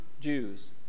Jews